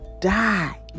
die